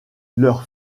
leurs